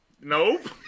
Nope